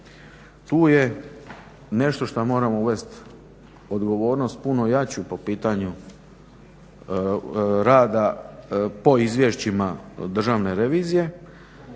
Tu je nešto što moramo uvesti odgovornost puno jaču po pitanju rada po izvješćima Državne revizije